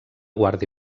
guardi